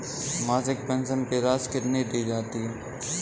मासिक पेंशन की राशि कितनी दी जाती है?